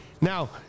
now